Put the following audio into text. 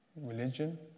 Religion